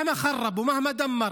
לא משנה כמה הוא הרס וכמה הוא הביא להרס,